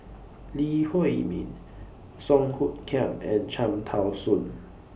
Lee Huei Min Song Hoot Kiam and Cham Tao Soon